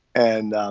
and,